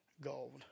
gold